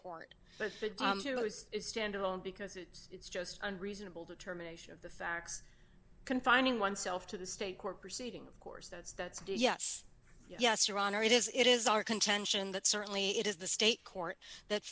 court but stand alone because it's just an reasonable determination of the facts confining oneself to the state court proceeding of course those that's due yes yes your honor it is it is our contention that certainly it is the state court that